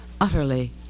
Utterly